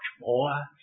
more